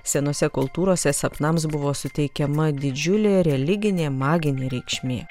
senose kultūrose sapnams buvo suteikiama didžiulė religinė maginė reikšmė